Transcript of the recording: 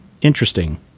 interesting